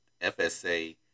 FSA